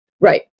Right